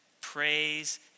praise